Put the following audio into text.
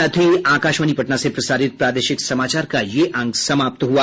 इसके साथ ही आकाशवाणी पटना से प्रसारित प्रादेशिक समाचार का ये अंक समाप्त हुआ